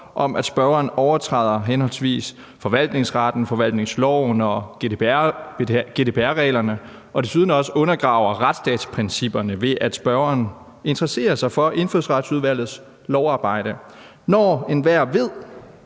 om, at spørgeren overtræder henholdsvis forvaltningsretten, forvaltningsloven og GDPR-reglerne og desuden også undergraver retsstatsprincipperne, ved at spørgeren interesserer sig for Indfødsretsudvalgets lovarbejde, når enhver ved,